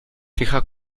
fija